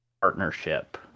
partnership